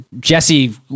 jesse